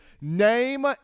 name